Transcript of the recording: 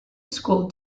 school